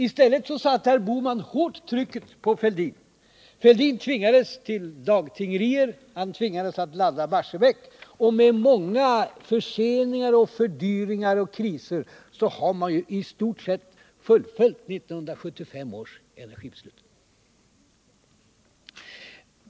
I stället satte Gösta Bohman hårt tryck på Thorbjörn Fälldin. Herr Fälldin tvingades till dagtingerier. Han tvingades att ladda Barsebäck. Och med många förseningar och fördyringar och kriser har man ju i stort sett fullföljt 1975 års energibeslut.